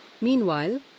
Meanwhile